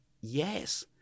yes